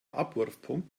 abwurfpunkt